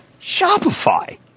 Shopify